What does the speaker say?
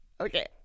Okay